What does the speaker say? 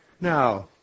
Now